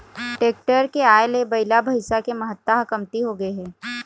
tractor के आए ले बइला, भइसा के महत्ता ह कमती होगे हे